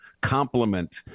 complement